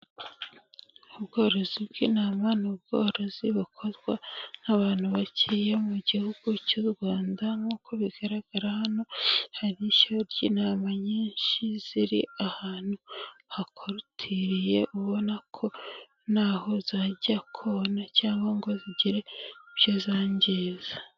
Ubworozi bw'intama ni ubworozi bukorwa n'abantu bakeya mu gihugu cy'u Rwanda nk'uko bigaragara hano, hari ishyayo ry'intama nyinshi ziri ahantu hakorutiriye, ubona ko ntaho zajya kona cyangwa ngo zigire ibyo zangiza.